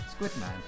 Squidman